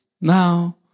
Now